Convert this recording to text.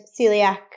celiac